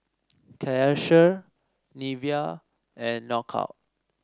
Karcher Nivea and Knockout